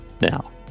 now